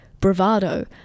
bravado